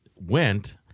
went